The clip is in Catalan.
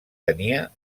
tenia